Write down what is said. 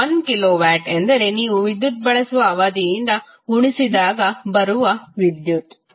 1 kilowatt ಎಂದರೆ ನೀವು ವಿದ್ಯುತ್ ಬಳಸುವ ಅವಧಿಯಿಂದ ಗುಣಿಸಿದಾಗ ಬರುವ ವಿದ್ಯುತ್electricity